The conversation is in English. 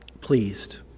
pleased